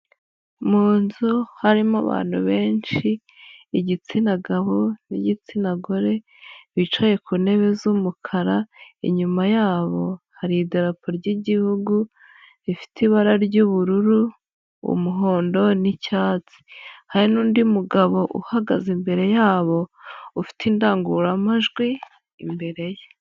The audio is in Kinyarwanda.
Mu nzu harimo abantu benshi, igitsina gabo n'igitsina gore, bicaye ku ntebe z'umukara, inyuma yabo hari idarapo ry'Igihugu rifite ibara ry'ubururu, umuhondo n'icyatsi. Hari n'undi mugabo uhagaze imbere yabo ufite indangururamajwi imbere ye.